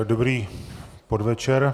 Dobrý podvečer.